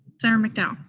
senator mcdowell?